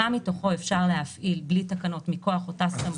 מה מתוכו אפשר להפעיל בלי תקנות מכוח אותה סמכות.